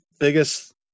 biggest